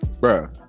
Bro